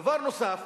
דבר נוסף,